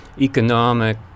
economic